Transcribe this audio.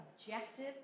objective